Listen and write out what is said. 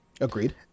agreed